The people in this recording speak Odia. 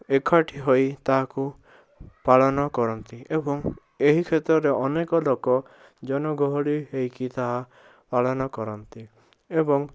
ଏକାଠି ହୋଇ ତାହାକୁ ପାଳନକରନ୍ତି ଏବଂ ଏହି କ୍ଷେତ୍ରରେ ଅନେକ ଲୋକ ଜନଗହଳି ହୋଇକି ତାହା ପାଳନକରନ୍ତି ଏବଂ